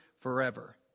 forever